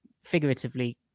figuratively